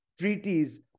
treaties